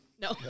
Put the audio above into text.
No